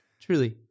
truly